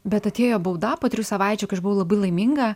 bet atėjo bauda po trijų savaičių kai aš buvau labai laiminga